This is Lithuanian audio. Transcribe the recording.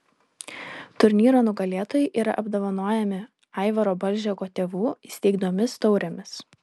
turnyro nugalėtojai yra apdovanojami aivaro balžeko tėvų įsteigtomis taurėmis